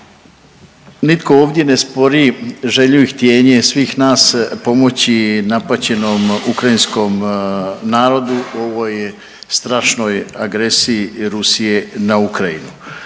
nitko ovdje ne spori želju i htjenje svih nas pomoći napaćenom ukrajinskom narodu u ovoj strašnoj agresiji Rusije na Ukrajinu.